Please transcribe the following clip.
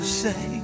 say